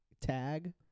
tag